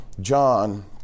John